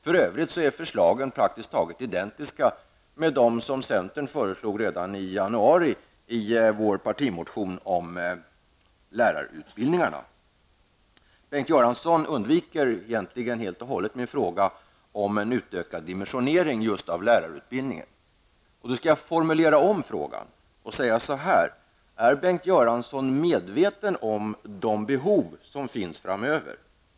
För övrigt är förslagen praktiskt taget identiska med de vad som centern föreslog redan i januari i vår partimotion om lärarutbildningarna. Bengt Göransson undviker egentligen helt och hållet min fråga om en utökad dimensionering av just lärarutbildningen. Jag skall formulera om min fråga och säga så här: Är Bengt Göransson medveten om de behov som finns framöver?